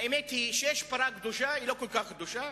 האמת היא שיש פרה קדושה, היא לא כל כך קדושה,